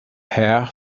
her